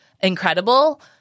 incredible